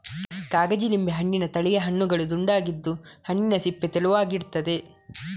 ಕಾಗಜಿ ಲಿಂಬೆ ಹಣ್ಣಿನ ತಳಿಯ ಹಣ್ಣುಗಳು ದುಂಡಗಿದ್ದು, ಹಣ್ಣಿನ ಸಿಪ್ಪೆ ತೆಳುವಾಗಿರ್ತದೆ